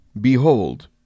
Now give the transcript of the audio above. behold